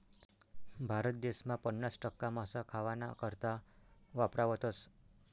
भारत देसमा पन्नास टक्का मासा खावाना करता वापरावतस